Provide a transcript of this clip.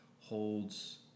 holds